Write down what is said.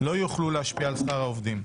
לא יוכלו להשפיע על שכר העובדים.